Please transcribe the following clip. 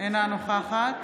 אינה נוכחת